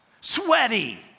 Sweaty